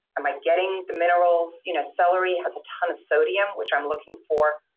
am i getting the minerals? you know celery has a ton of sodium which i'm looking for.